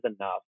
enough